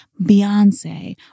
Beyonce